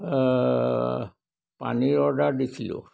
পানীৰ অৰ্ডাৰ দিছিলোঁ